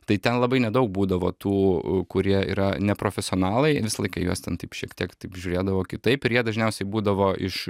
tai ten labai nedaug būdavo tų kurie yra neprofesionalai visą laiką į juos ten taip šiek tiek taip žiūrėdavo kitaip ir jie dažniausiai būdavo iš